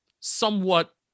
somewhat